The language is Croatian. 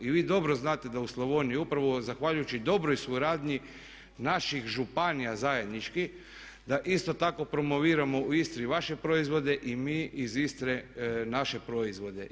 I vi dobro znate da u Slavoniji upravo zahvaljujući dobroj suradnji naših županija zajedničkih da isto tako promoviramo u Istri vaše proizvode i mi iz Istre naše proizvode.